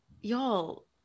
y'all